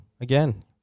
again